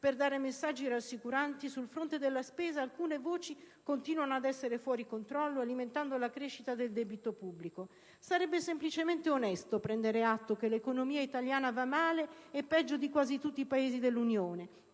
per dare messaggi rassicuranti, sul fronte sulla spesa alcune voci continuano ad essere fuori controllo alimentando la crescita del debito pubblico. Sarebbe semplicemente onesto prendere atto che l'economia italiana va male e peggio di quasi tutti i Paesi dell'Unione,